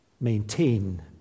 maintain